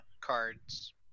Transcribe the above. cards